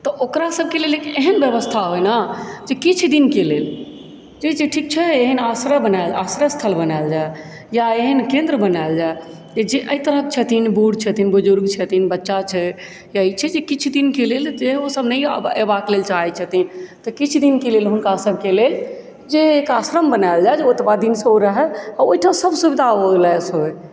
तऽ ओकरा सबकेँ लेल एहन व्यवस्था होइ ने जे किछु दिनके लेल जे ठीक छै एहन आश्रय स्थल बनायल जाय या एहेन केंद्र बनायल जाय जे एहि तरहक छथिन बुढ छथिन बुजुर्ग छथिन बच्चा छै या ई छै जे किछु दिनके लेल जे ओ सब नहि एबाक लेल चाहैत छथिन तऽ किछु दिनके लेल हुनका सबके लेल जे एक आश्रम बनायल जाय जे ओतबा दिन सँ ओ रहय आ ओहिठाम सब सुविधा लैस होइ